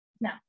no